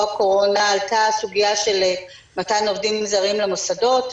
הקורונה עלתה הסוגיה של מתן עובדים זרים למוסדות.